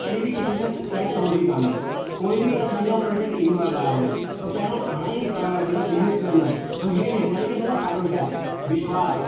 कॾहिं बि किसी से कै तोड़दी कोन्हे कोई बि असांजो पर्यटक ईंदो आहे ॿाहिरां त पहिरियों घणेई जेका बिजनिसमैन आहे उहेहे ॾिसंदा आहिनि की असांखा फ़ाइदो छा आहे विश्वासु